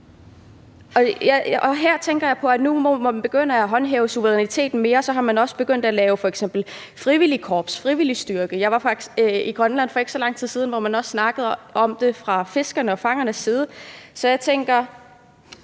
Her tænker jeg på, at nu, hvor man begynder at håndhæve suveræniteten mere, er man også begyndt at lave f.eks. et frivilligt korps, en frivillig styrke. Jeg var faktisk i Grønland for ikke så lang tid siden, hvor man også snakkede om det fra fiskernes og fangernes side. Så jeg tænker,